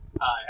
Hi